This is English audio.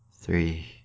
Three